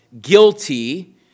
guilty